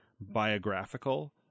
biographical